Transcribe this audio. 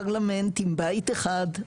פרלמנט עם בית אחד?